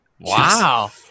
Wow